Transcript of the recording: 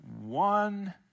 one